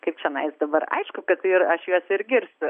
kaip čionais dabar aišku kad ir aš juos ir girsiu